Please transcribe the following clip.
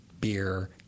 beer